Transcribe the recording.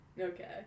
Okay